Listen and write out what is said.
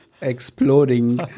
exploding